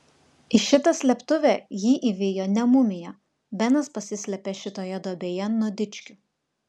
į šitą slėptuvę jį įvijo ne mumija benas pasislėpė šitoje duobėje nuo dičkių